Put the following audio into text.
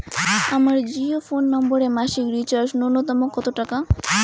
আমার জিও ফোন নম্বরে মাসিক রিচার্জ নূন্যতম কত টাকা?